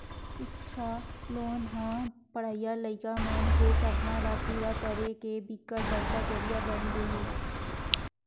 सिक्छा लोन ह पड़हइया लइका मन के सपना ल पूरा करे के बिकट बड़का जरिया बनगे हे